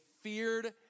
feared